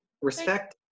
respect